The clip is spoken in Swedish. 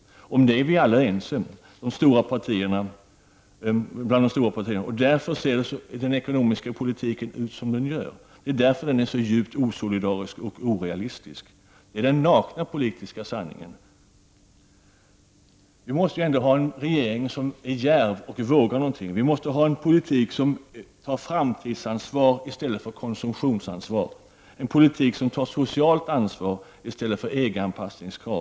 Om detta är alla de stora partierna ense, och därför ser den ekonomiska politiken ut som den gör. Därför är den så djupt osolidarisk och orealistisk. Detta är den nakna politiska sanningen. Vi måste ändå ha en regering som är djärv och vågar någonting. Vi måste ha en politik som tar framtidsansvar i stället för konsumtionsansvar, en politik som tar socialt ansvar i stället för att följa EG-anpassningskrav.